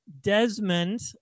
Desmond